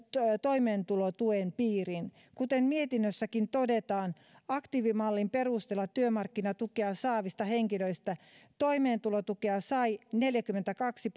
toimeentulotuen piiriin kuten mietinnössäkin todetaan aktiivimallin perusteella työmarkkinatukea saavista henkilöistä toimeentulotukea sai neljäkymmentäkaksi